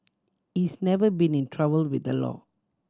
he's never been in trouble with the law